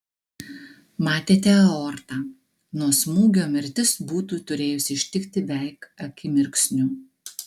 matėte aortą nuo smūgio mirtis būtų turėjusi ištikti veik akimirksniu